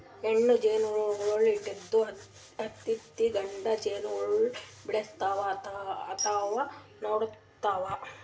ಹೆಣ್ಣ್ ಜೇನಹುಳ ಇಟ್ಟಿದ್ದ್ ತತ್ತಿ ಗಂಡ ಜೇನಹುಳ ಬೆಳೆಸ್ತಾವ್ ಅಥವಾ ನೋಡ್ಕೊತಾವ್